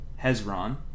Hezron